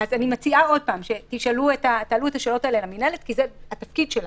אני מציעה שתעלו את השאלות האלה בפני המינהלת כי זה התפקיד שלה,